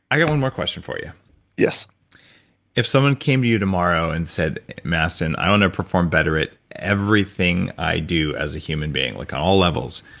i got one more question for you yes if someone came to you tomorrow and said mastin, i want to perform better at everything i do as a human being, like on all levels.